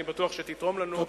אני בטוח שתתרום לנו,